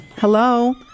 Hello